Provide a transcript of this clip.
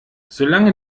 solange